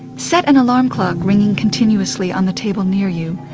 set an alarm clock ringing continuously on the table near you.